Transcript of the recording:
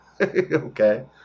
Okay